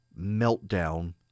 meltdown